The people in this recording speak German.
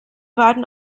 warten